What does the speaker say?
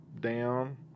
down